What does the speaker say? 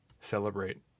celebrate